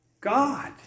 God